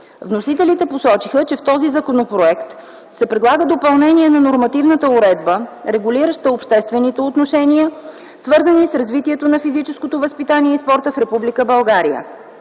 Вносителите посочиха, че в този законопроект се предлага допълнение на нормативната уредба, регулираща обществените отношения, свързани с развитието на физическото възпитание и спорта в